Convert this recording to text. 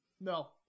No